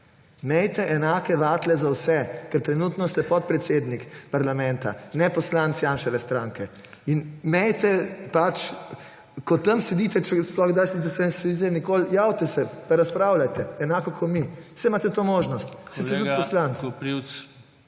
Imejte enake vatle za vse, ker trenutno ste podpredsednik parlamenta, ne poslanec Janševe stranke. Imejte pač … Ko tam sedite, če sploh kdaj / nerazumljivo/ nikoli, javite se pa razpravljajte, enak kot mi. Saj imate to možnost, saj ste tudi poslanec.